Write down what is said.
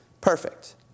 perfect